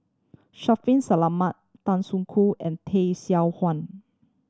Shaffiq Selamat Tan Soo Khoon and Tay Seow Huah